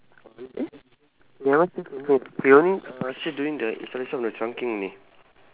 on eh he never said to me ah he only uh said to me the installation of the trunking leh